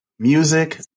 Music